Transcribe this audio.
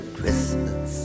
Christmas